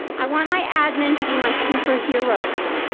i want my admin to be my superheroes.